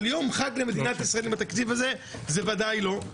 אבל יום חג למדינת ישראל בתקציב הזה - זה ודאי לא.